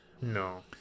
no